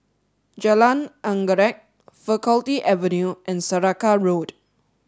Jalan Anggerek Faculty Avenue and Saraca Road